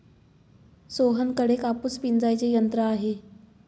सोहनकडे कापूस पिंजायचे यंत्र आहे